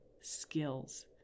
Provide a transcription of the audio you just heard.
skills